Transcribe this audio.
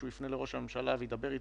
שהוא יפנה לראש הממשלה וידבר אתו.